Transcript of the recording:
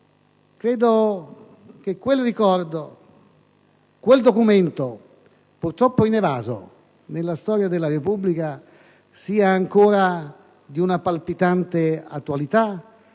Credo che quel documento, purtroppo inevaso nella storia della Repubblica, sia ancora di una palpitante attualità